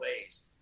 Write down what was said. ways